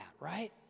right